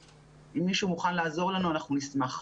אם מישהו מוכן לעזור לנו, אנחנו נשמח.